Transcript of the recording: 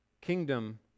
Kingdom